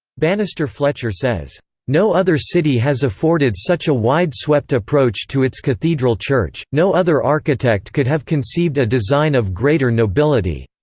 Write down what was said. banister fletcher says no other city has afforded such a wide-swept approach to its cathedral church, no other architect could have conceived a design of greater nobility.